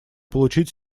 получить